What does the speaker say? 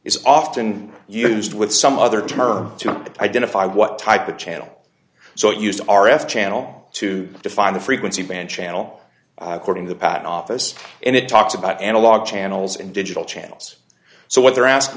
is often used with some other term to identify what type of channel so it used r f channel to define the frequency band channel according to the patent office and it talks about analog channels and digital channels so what they're asking